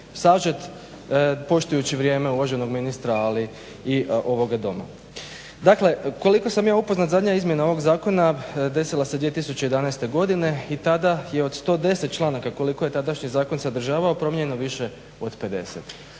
sažet poštujući vrijeme uvaženog ministra ali i ovoga doma. Dakle koliko sam ja upoznat, zadnja izmjena ovog zakona desila se 2011. godine i tada je od 110 članaka koliko je tadašnji zakon sadržavao promijenjeno više od 50